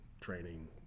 training